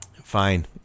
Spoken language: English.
Fine